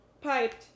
piped